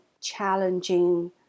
challenging